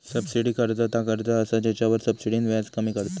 subsidy कर्ज ता कर्ज असा जेच्यावर सब्सिडीन व्याज कमी करतत